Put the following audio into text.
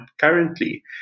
currently